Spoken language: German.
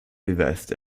beweist